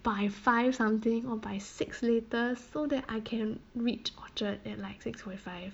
by five something or by six latest so that I can reach orchard at like six forty five